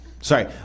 Sorry